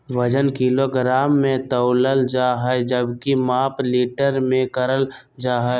वजन किलोग्राम मे तौलल जा हय जबकि माप लीटर मे करल जा हय